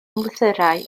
lythyrau